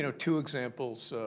you know two examples,